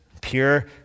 pure